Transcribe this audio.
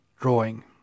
drawing